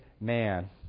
man